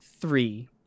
three